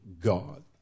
God